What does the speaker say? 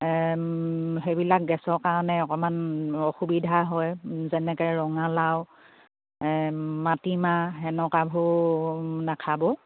সেইবিলাক গেছৰ কাৰণে অকমান অসুবিধা হয় যেনেকে ৰঙালাও মাটিমাহ সেনেকোৱাবোৰ নেখাব